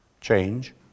change